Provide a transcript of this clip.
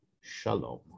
Shalom